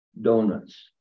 donuts